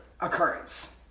occurrence